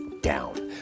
down